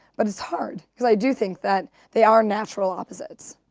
but it's hard cause i do think that they are natural opposites.